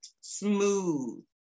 smooth